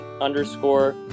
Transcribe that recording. underscore